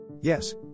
Yes